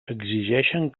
exigeixen